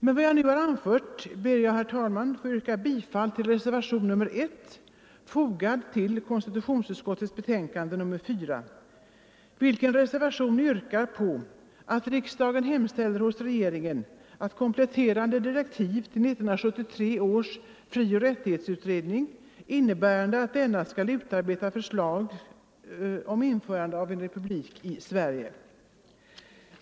Med vad jag nu har anfört ber jag, herr talman, att få yrka bifall till reservationen 1, fogad till konstitutionsutskottets betänkande nr 41,i vilken reservation begärs att riksdagen hemställer hos regeringen om kompletterande direktiv till 1973 års frioch rättighetsutredning, innebärande att denna skall utarbeta förslag om införande av republik i Sverige.